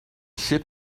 ship